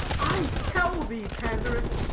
i tell thee, pandarus